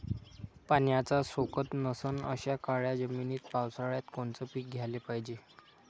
पाण्याचा सोकत नसन अशा काळ्या जमिनीत पावसाळ्यात कोनचं पीक घ्याले पायजे?